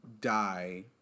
die